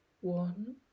one